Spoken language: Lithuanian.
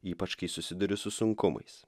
ypač kai susiduri su sunkumais